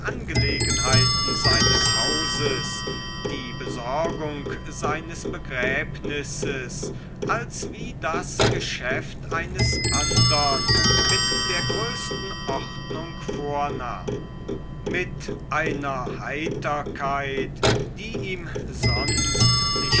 angelegenheiten seines hauses die besorgung seines begräbnisses als wie das geschäft eines andern mit der größten ordnung vornahm mit einer heiterkeit die ihm sonst